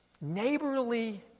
neighborly